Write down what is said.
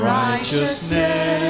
righteousness